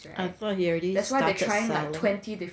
I thought he already started selling